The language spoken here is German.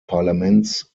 parlaments